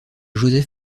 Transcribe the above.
joseph